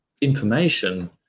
information